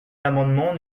l’amendement